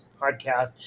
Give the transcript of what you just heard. podcast